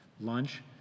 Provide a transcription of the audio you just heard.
Lunch